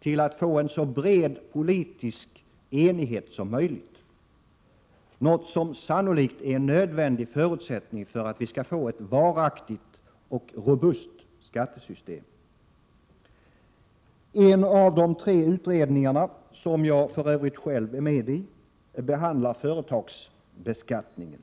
till att uppnå en så bred politisk enighet som möjligt, någonting som sannolikt är en nödvändig förutsättning för att vi skall få ett varaktigt och robust skattesystem. En av de tre utredningarna, som jag för övrigt själv är med i, behandlar företagsbeskattningen.